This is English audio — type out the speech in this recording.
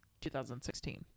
2016